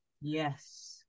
yes